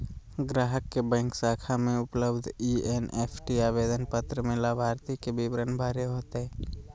ग्राहक के बैंक शाखा में उपलब्ध एन.ई.एफ.टी आवेदन पत्र में लाभार्थी के विवरण भरे होतय